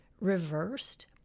Reversed